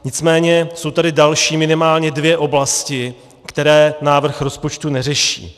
Nicméně jsou tady další minimálně dvě oblasti, které návrh rozpočtu neřeší.